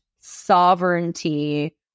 sovereignty